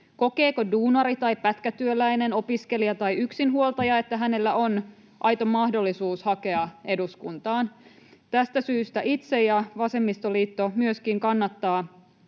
Kokeeko duunari tai pätkätyöläinen, opiskelija tai yksinhuoltaja, että hänellä on aito mahdollisuus hakea eduskuntaan? Tästä syystä itse kannatan ja myöskin